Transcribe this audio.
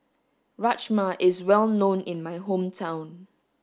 Rajma is well known in my hometown